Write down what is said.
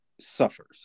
suffers